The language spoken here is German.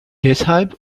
deshalb